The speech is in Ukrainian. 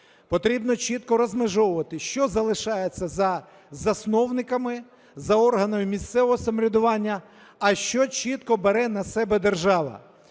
потрібно чітко розмежовувати: що залишається за засновниками, за органами місцевого самоврядування, а що чітко бере на себе держава.